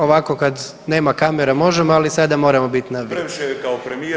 Ovako kada nema kamera možemo, ali sada moramo biti na vi.